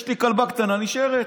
יש לי כלבה קטנה, נשארת.